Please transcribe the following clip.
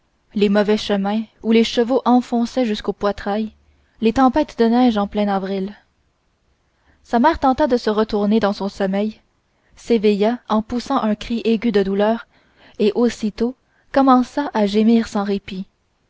les mauvais chemins où les chevaux enfoncent jusqu'au poitrail les tempêtes de neige en plein avril sa mère tenta de se retourner dans son sommeil s'éveilla en poussant un cri aigu de douleur et aussitôt recommença à gémir sans répit